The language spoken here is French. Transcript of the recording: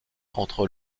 entre